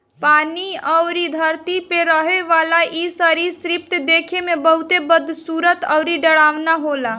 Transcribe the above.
पानी अउरी धरती पे रहेवाला इ सरीसृप देखे में बहुते बदसूरत अउरी डरावना होला